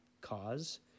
cause